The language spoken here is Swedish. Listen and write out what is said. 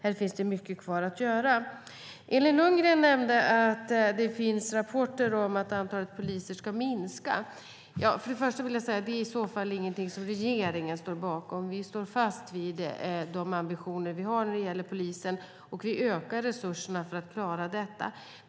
Här finns det mycket kvar att göra. Elin Lundgren nämnde att det finns rapporter om att antalet poliser ska minska. Först och främst vill jag säga att det i så fall inte är någonting som regeringen står bakom. Vi står fast vid de ambitioner som vi har när det gäller polisen, och vi ökar resurserna för att klara detta.